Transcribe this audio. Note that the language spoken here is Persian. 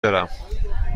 دارم